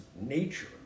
nature